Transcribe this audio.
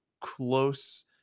close